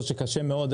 או שקשה מאוד,